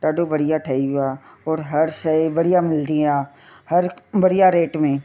ॾाढो बढ़िया ठही वियो आहे और हर शइ बढ़िया मिलंदी आहे हर बढ़िया रेट में